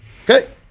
Okay